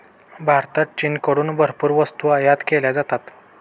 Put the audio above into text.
भारतात चीनकडून भरपूर वस्तू आयात केल्या जातात